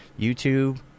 YouTube